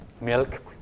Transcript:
milk